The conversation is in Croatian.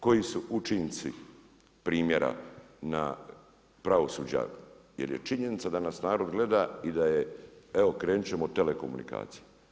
Koji su učinci primjera na pravosuđa jer je činjenica da nas narod gleda i da je evo krenut ćemo od telekomunikacija.